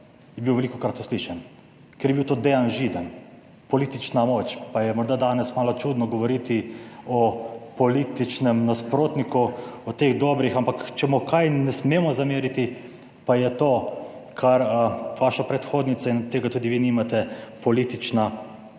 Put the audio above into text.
je bil velikokrat uslišan, ker je bil to Dejan Židan, politična moč pa je morda danes malo čudno govoriti o političnem nasprotniku, o teh dobrih, ampak če mu kaj ne smemo zameriti, pa je to, kar vaša predhodnica in od tega tudi vi nimate, politična moč.